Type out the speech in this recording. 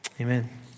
amen